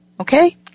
okay